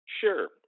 Sure